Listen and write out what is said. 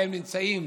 והם נמצאים